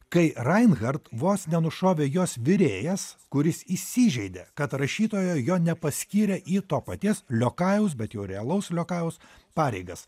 kai rinehart vos nenušovė jos virėjas kuris įsižeidė kad rašytoja jo nepaskyrė į to paties liokajaus bet jau realaus liokajaus pareigas